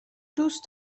دوست